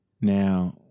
now